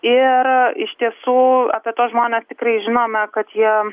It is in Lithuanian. ir iš tiesų apie tuos žmones tikrai žinome kad jie